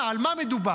על מה מדובר?